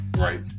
right